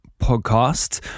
podcast